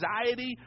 anxiety